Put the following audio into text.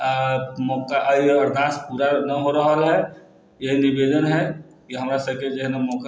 आ मौका अभिलाष पूरा न हो रहल है यहि निवेदन है कि हमरा सभके जेहे न मौका